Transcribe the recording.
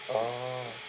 orh